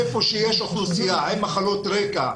היכן שיש אוכלוסייה עם מחלות רקע,